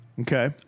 Okay